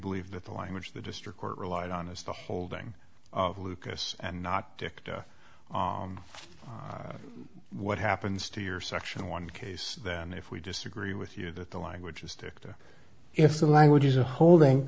believe that the language the district court relied on is the holding of lucas and not dictate what happens to your section one case then if we disagree with you that the language you stick to if the language is a holding